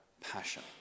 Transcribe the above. passion